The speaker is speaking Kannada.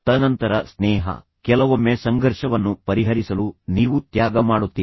ತದನಂತರ ಸ್ನೇಹ ಕೆಲವೊಮ್ಮೆ ಸಂಘರ್ಷವನ್ನು ಪರಿಹರಿಸಲು ನೀವು ತ್ಯಾಗ ಮಾಡುತ್ತೀರಿ